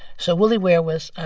so williwear was